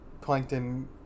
Plankton